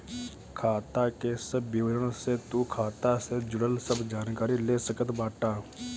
खाता के सब विवरण से तू खाता से जुड़ल सब जानकारी ले सकत बाटअ